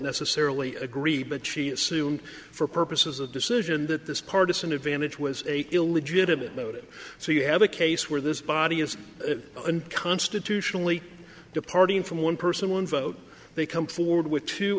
necessarily agree but she assumed for purposes of decision that this partisan advantage was a illegitimate motive so you have a case where this body is unconstitutionally departing from one person one vote they come forward with two